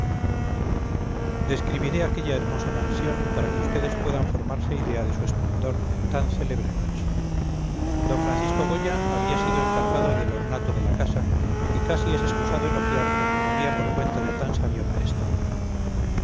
describiré aquella hermosa mansión para que ustedes puedan formarse idea de su esplendor en tan célebre noche d francisco goya había sido encargado del ornato de la casa y casi es excusado elogiar lo que corría por cuenta de tan sabio maestro